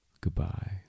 Goodbye